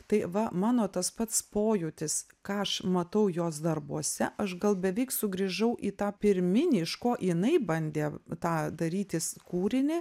tai va mano tas pats pojūtis ką aš matau jos darbuose aš gal beveik sugrįžau į tą pirminį iš ko jinai bandė tą darytis kūrinį